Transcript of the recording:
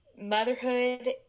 motherhood